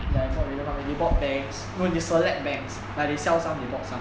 ya they bought radio company they bought banks no they select banks like they sell some they bought some